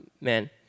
man